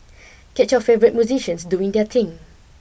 catch your favourite musicians doing their thing